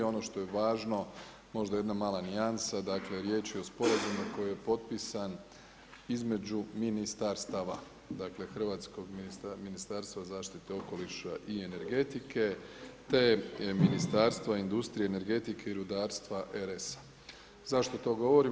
Ono što je važno možda jedna mala nijansa, dakle riječ je o sporazumu koji je potpisan između ministarstava, dakle Hrvatskog ministarstva zaštite okoliša i energetike te Ministarstva industrije, energetike i rudarstva R.S.A. Zašto to govorim?